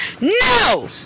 no